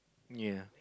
ya